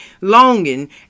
longing